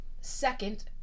Second